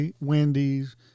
Wendy's